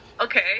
okay